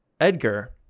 Edgar